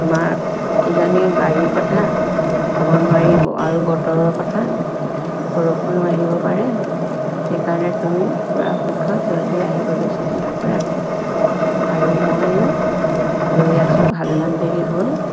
তোমাৰ কিজানি গাড়ীৰ কথা ক'ব নোৱাৰি আৰু বতৰৰ কথা বৰষুণো আহিব পাৰে সেইকাৰণে তুমি পৰাপক্ষত জল্ডি আহিবলৈ চেষ্টা কৰা আৰু ময়ো ৰৈ আছোঁ ভালেমান দেৰি হ'ল